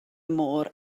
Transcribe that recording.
môr